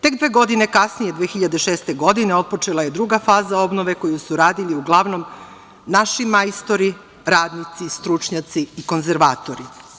Tek dve godine kasnije, 2006. godine otpočela je druga faza obnove koju su radili uglavnom naši majstori, radnici, stručnjaci i konzervatori.